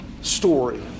story